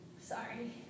Sorry